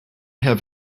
have